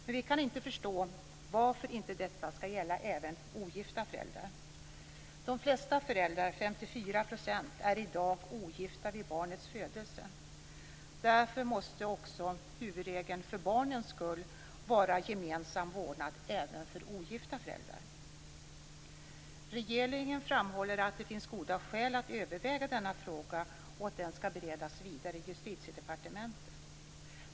Men vi kan inte förstå varför inte detta skall gälla även ogifta föräldrar. De flesta föräldrar, 54 %, är i dag ogifta vid barnets födelse. Därför måste också huvudregeln för barnens skull vara gemensam vårdnad även för ogifta föräldrar. Regeringen framhåller att det finns goda skäl att överväga denna fråga och att den skall beredas vidare i Justitiedepartementet.